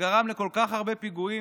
שגרם לכל כך הרבה פיגועים,